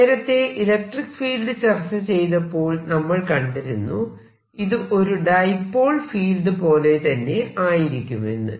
നേരത്തേ electric field ചർച്ച ചെയ്തപ്പോൾ നമ്മൾ കണ്ടിരുന്നു ഇത് ഒരു ഡൈപോൾ ഫീൽഡ് പോലെ തന്നെ ആയിരിക്കുമെന്ന്